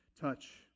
touch